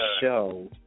show